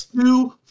two